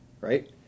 right